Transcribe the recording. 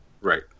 Right